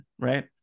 Right